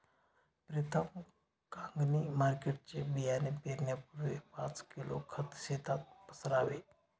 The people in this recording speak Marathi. प्रीतम कांगणी मार्केटचे बियाणे पेरण्यापूर्वी पाच किलो खत शेतात पसरावे